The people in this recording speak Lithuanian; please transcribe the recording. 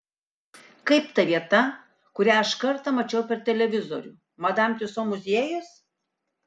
kaip ta vieta kurią aš kartą mačiau per televizorių madam tiuso muziejus